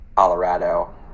Colorado